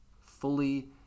fully